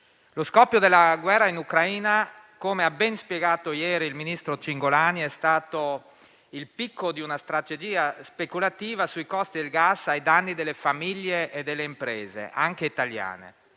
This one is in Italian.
Lo scoppio della guerra in Ucraina, come ha ben spiegato ieri il ministro Cingolani, è stato il picco di una strategia speculativa sui costi del gas ai danni delle famiglie e delle imprese, anche italiane.